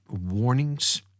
warnings